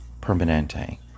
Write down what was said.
Permanente